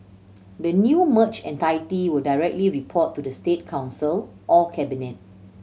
the new merged entity will directly report to the State Council or cabinet